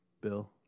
Bill